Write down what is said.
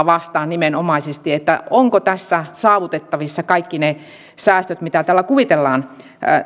vastaan nimenomaisesti ovatko tässä saavutettavissa kaikki ne säästöt joita tällä kuvitellaan